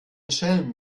schelm